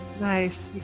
Nice